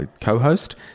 co-host